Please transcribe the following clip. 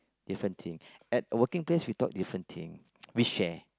different thing at working place we talk different thing we share